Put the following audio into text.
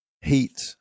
heat